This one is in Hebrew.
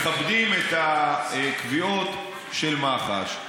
מכבדים את הקביעות של מח"ש.